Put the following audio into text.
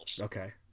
Okay